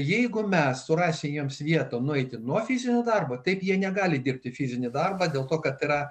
jeigu mes surasime jiems vietos nueiti nuo fizinio darbo taip jie negali dirbti fizinį darbą dėl to kad yra